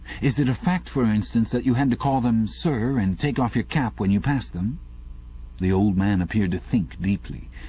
is it a fact, for instance, that you had to call them sir and take off your cap when you passed them the old man appeared to think deeply.